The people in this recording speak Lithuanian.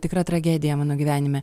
tikra tragedija mano gyvenime